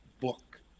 book